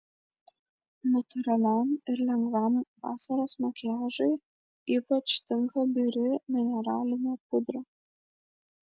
natūraliam ir lengvam vasaros makiažui ypač tinka biri mineralinė pudra